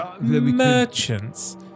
Merchants